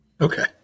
Okay